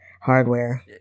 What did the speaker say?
hardware